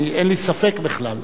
אין לי ספק בכלל.